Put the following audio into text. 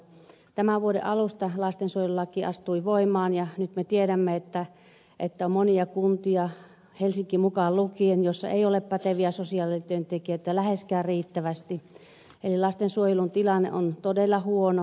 tämän vuoden alusta lastensuojelulaki astui voimaan ja nyt me tiedämme että on monia kuntia helsinki mukaan lukien joissa ei ole päteviä sosiaalityöntekijöitä läheskään riittävästi eli lastensuojelun tilanne on todella huono